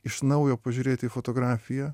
iš naujo pažiūrėti į fotografiją